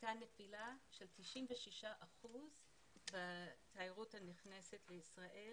הייתה נפילה של 96 אחוזים בתיירות הנכנסת לישראל